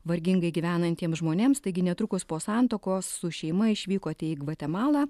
vargingai gyvenantiems žmonėms taigi netrukus po santuokos su šeima išvykote į gvatemalą